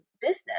business